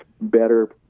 better